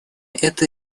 это